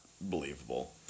believable